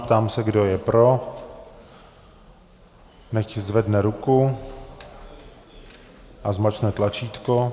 Ptám se, kdo je pro, nechť zvedne ruku a zmáčkne tlačítko.